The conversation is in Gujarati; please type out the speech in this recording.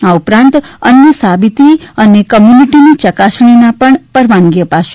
આ ઉપરાંત અન્ય સાબીતી અને કોમ્યુનિટીની યકાસણીના પણ પરવાનગી અપાશે